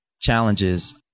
challenges